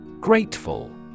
Grateful